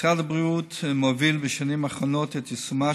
משרד הבריאות מוביל בשנים האחרונות את יישומה